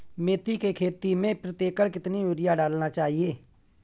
मेथी के खेती में प्रति एकड़ कितनी यूरिया डालना चाहिए?